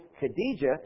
Khadijah